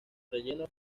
relleno